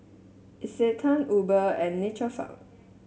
Isetan Uber and Nature Farm